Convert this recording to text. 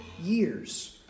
years